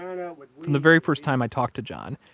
um and but and the very first time i talked to john,